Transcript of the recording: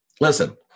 Listen